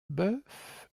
bœuf